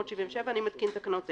1977, אני מתקין תקנות אלה: